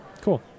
Cool